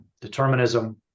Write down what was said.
determinism